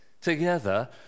together